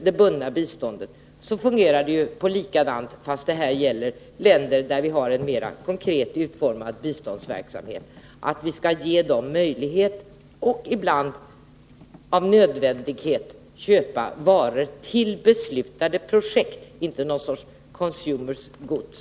Det bundna biståndet fungerar likadant, fast det då gäller länder där vi har en mer konkret utformad biståndsverksamhet: vi skall ge dem möjlighet att ibland, av nödvändighet, köpa varor till beslutade projekt — men inte något slags consumers” goods.